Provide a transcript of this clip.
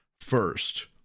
first